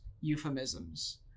euphemisms